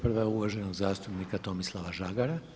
Prva je uvaženog zastupnika Tomislava Žagara.